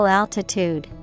altitude